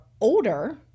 older